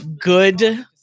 good